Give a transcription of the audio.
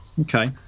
okay